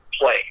play